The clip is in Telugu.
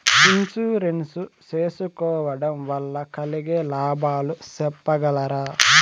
ఇన్సూరెన్సు సేసుకోవడం వల్ల కలిగే లాభాలు సెప్పగలరా?